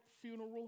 funeral